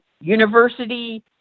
university